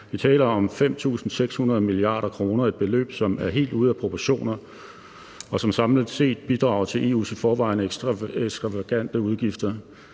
Vi taler om 5.600 mia. kr., et beløb, som er helt ude af proportioner, og som samlet set bidrager til EU's i forvejen ekstravagante udgifter.